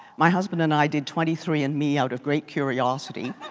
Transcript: my husband and i did twenty three and me out of great curiosity.